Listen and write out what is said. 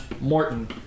Morton